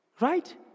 Right